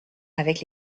avec